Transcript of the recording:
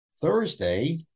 Thursday